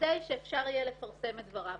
כדי שאפשר יהיה לפרסם את דבריו.